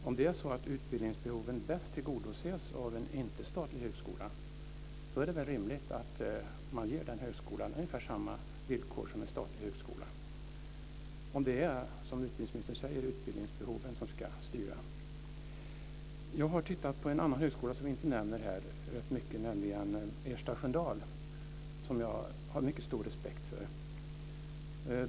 Om det är så att utbildningsbehoven bäst tillgodoses av en högskola som inte är statlig är det väl rimligt att man ger den högskolan ungefär samma villkor som en statlig högskola; om det är som utbildningsministern säger att det är utbildningsbehoven som ska styra. Jag har tittat närmare på en annan högskola, som inte nämns här, nämligen Ersta Sköndal, som jag har mycket stor respekt för.